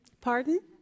Pardon